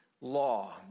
law